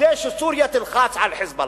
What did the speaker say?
כדי שסוריה תלחץ על "חיזבאללה".